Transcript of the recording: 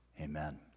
amen